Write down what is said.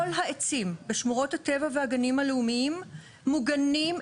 כל העצים בשמורות הטבע והגנים הלאומיים מוגנים,